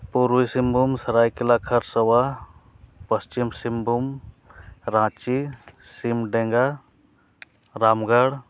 Purbi Singhbhum Saraikela Kharsawan Paschim Singhbhum Ranchi Simdega Ramgarh